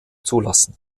zulassen